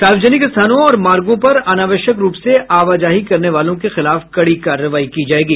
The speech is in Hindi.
सार्वजनिक स्थानों और मार्गों पर अनावश्यक रूप से आवाजाही करने वालों के खिलाफ कड़ी कार्रवाई की जायेगी